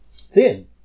thin